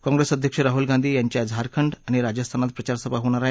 काँप्रेस अध्यक्ष राहुल गांधी यांच्या झारखंड आणि राजस्थानात प्रचार सभा होणार आहेत